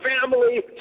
family